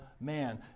man